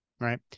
right